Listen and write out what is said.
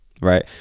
right